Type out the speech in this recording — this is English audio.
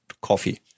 coffee